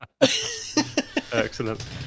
Excellent